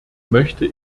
möchte